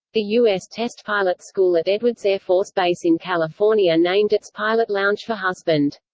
the u s. test pilot school at edwards air force base in california named its pilot lounge for husband.